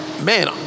man